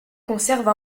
conserve